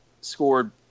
scored